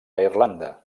irlanda